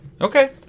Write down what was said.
okay